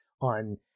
on